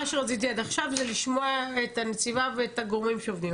מה שרציתי עד עכשיו זה לשמוע את הנציבה ואת הגורמים שעובדים.